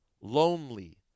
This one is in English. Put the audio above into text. lonely